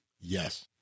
Yes